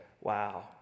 Wow